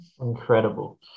Incredible